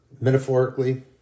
metaphorically